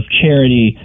charity